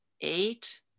eight